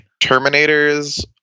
Terminators